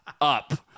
up